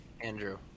Andrew